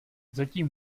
zatím